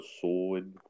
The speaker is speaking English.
sword